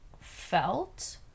felt